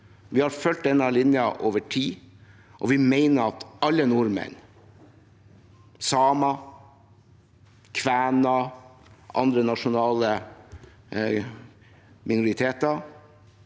Vi har fulgt denne linjen over tid, og vi mener at alle nordmenn – samer, kvener, andre nasjonale minoriteter